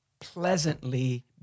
pleasantly